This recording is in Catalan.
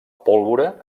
pólvora